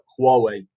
Huawei